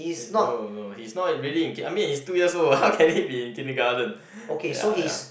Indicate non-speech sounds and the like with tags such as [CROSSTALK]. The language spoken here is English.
no no he's not in ready [NOISE] I mean he's two years old what how can be in the kindergarten ya ya